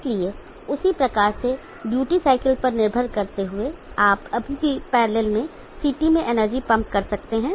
इसलिए उसी प्रकार से ड्यूटी साइकिल पर निर्भर करते हुए आप अभी भी पैरलल में CT में एनर्जी पंप कर सकते हैं